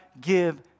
give